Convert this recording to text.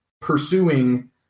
pursuing